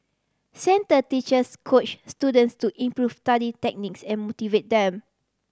centre teachers coach students to improve study techniques and motivate them